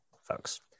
folks